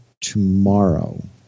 tomorrow